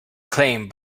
acclaim